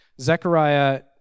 Zechariah